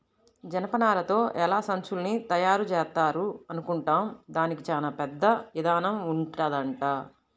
జనపనారతో ఎలా సంచుల్ని తయారుజేత్తారా అనుకుంటాం, దానికి చానా పెద్ద ఇదానం ఉంటదంట